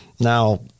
now